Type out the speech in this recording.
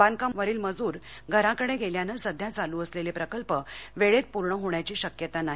बांधकामावरील मजूर घराकडं गेल्यानं सध्या चालू असलेले प्रकल्प वेळेत पूर्ण होण्याची शक्यता नाही